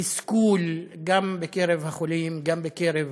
תסכול, גם בקרב החולים, גם בקרב